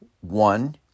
one